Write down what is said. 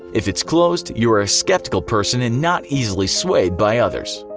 if it's closed, you are a skeptical person and not easily swayed by others.